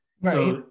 Right